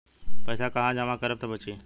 पैसा कहवा जमा करब त बची?